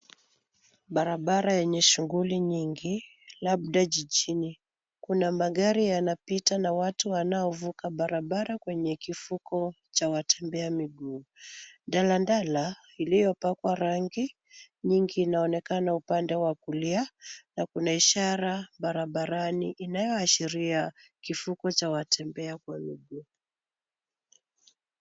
Barabara yenye shughuli nyingi labda jijini. Kuna magari yanapita na watu wanaovuka barabara kwenye kivuko cha watembea miguu. Daladala iliyopakwa rangi nyingi inaonekana upande wa kulia na kuna ishara barabarani inayoashiria kivuko cha watembea kwa miguu.